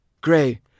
Gray